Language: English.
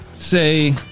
say